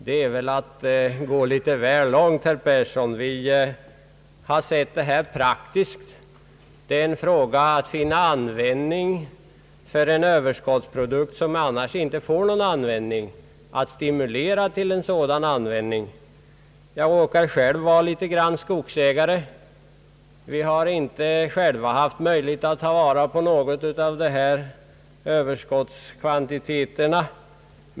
Det är väl att gå litet väl långt, herr Persson! Vi har sett denna fråga praktiskt. Det gäller att finna användning för en överskottsprodukt, som annars inte utnyttjas, samt att stimulera till någon form av användning. Jag råkar själv vara skogsägare. Jag har inte haft möjlighet att ta vara på några överskottsprodukter.